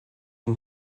can